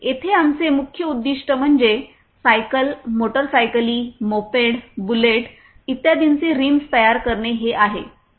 येथे आमचे मुख्य उद्दीष्ट म्हणजे सायकल मोटारसायकली मोपेड बुलेट इत्यादींचे रिम तयार करणे हे आहे